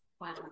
wow